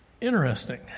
Interesting